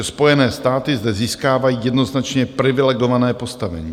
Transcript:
Spojené státy zde získávají jednoznačně privilegované postavení.